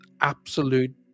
absolute